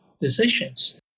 decisions